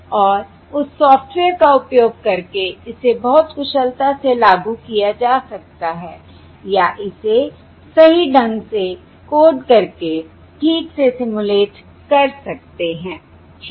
और उस सॉफ्टवेयर का उपयोग करके इसे बहुत कुशलता से लागू किया जा सकता है या इसे सही ढंग से कोड करके ठीक से सिमुलेट कर सकते हैं ठीक